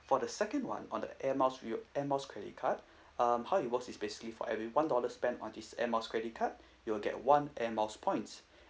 for the second one on the air miles rewa~ air miles credit card um how it works is basically for every one dollar spent on this air miles credit card you will get one air miles points